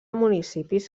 municipis